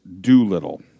Doolittle